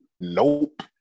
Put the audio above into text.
Nope